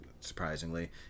surprisingly